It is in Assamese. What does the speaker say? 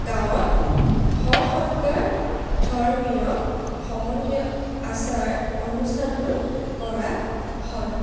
গাঁৱত শ সৎকাৰ ধৰ্মীয় সম্বন্ধীয় আচাৰ অনুষ্ঠানবোৰ কৰা হয়